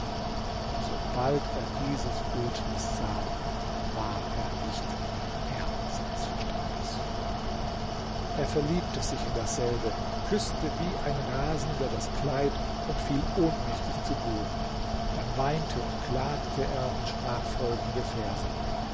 sobald er dieses bildnis sah war er nicht mehr herr seines verstandes er verliebte sich in dasselbe küßte wie ein rasender das kleid und fiel ohnmächtig zu boden dann weinte und klagte er und sprach folgende verse